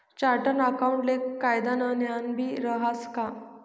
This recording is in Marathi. चार्टर्ड अकाऊंटले कायदानं ज्ञानबी रहास का